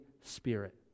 Spirit